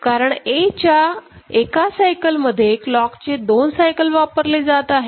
कारण A च्या एका सायकल मध्ये क्लॉकचे 2 सायकल वापरले जात आहेत